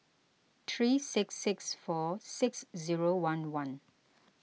three six six four six zero one one